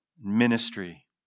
ministry